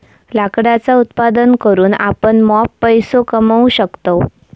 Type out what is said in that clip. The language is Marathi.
लाकडाचा उत्पादन करून आपण मॉप पैसो कमावू शकतव